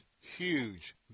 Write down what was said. huge